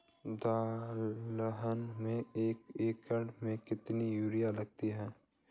दलहन में एक एकण में कितनी यूरिया लगती है?